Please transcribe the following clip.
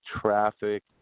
traffic